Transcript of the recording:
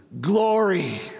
Glory